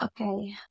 Okay